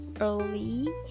early